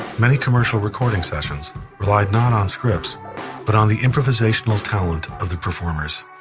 many commercial recording sessions relied not on scripts but on the improvisational talent of the performers.